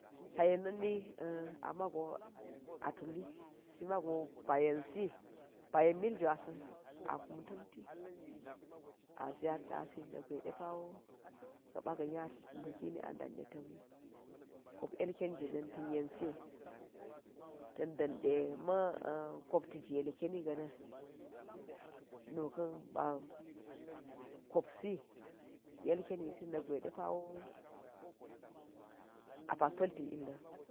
Sa̱ yenani an amago atuli simago ba yensi bayen miljwasan, akum tamti, azi ya̱rta̱si nakgwa̱i ɗepa̱wo ga̱pa̱ ga nya bokini an da̱ni ɗe ta̱n kop ilkeni jina̱n ta̱n yensi tan ɗanɗe man kopti ji ilkeni ga̱na̱n nuka̱n ba kopsi yelkeni na̱k guwai deppawo apa̱ta palti illa.